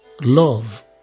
love